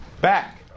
back